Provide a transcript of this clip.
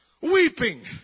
weeping